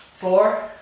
four